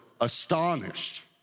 astonished